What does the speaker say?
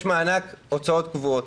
יש מענק הוצאות קבועות,